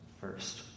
first